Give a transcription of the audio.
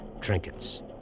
trinkets